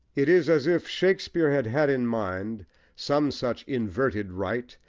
it is as if shakespeare had had in mind some such inverted rite,